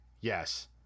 Yes